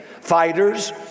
Fighters